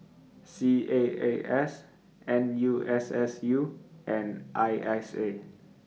C A A S N U S S U and I S A